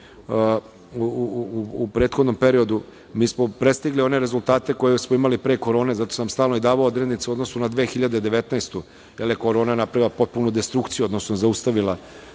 u prethodnom periodu. Mi smo prestigli one rezultate koje smo imali pre korone, zato sam stalno i davao odrednice u odnosu na 2019. godinu jer je korona napravila potpunu destrukciju, odnosno zaustavila